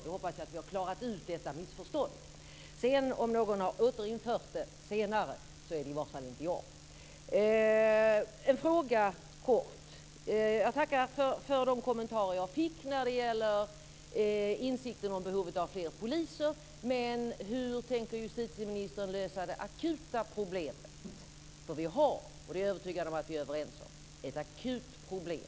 Då hoppas jag att vi har klarat ut detta missförstånd. Om sedan någon har återinfört det senare så är det i vart fall inte jag. Jag har en kort fråga. Jag tackar för de kommentarer jag fick när det gäller insikten om behovet av fler poliser. Men hur tänker justitieministern lösa det akuta problemet? För vi har, det är jag övertygad om att vi är överens om, ett akut problem.